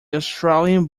australian